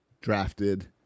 drafted